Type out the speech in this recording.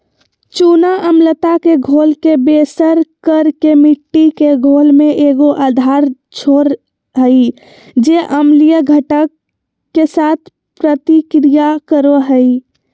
चूना अम्लता के घोल के बेअसर कर के मिट्टी के घोल में एगो आधार छोड़ हइ जे अम्लीय घटक, के साथ प्रतिक्रिया करो हइ